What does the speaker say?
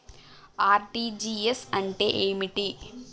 RTGS అంటే ఏమిటి?